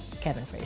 Kevin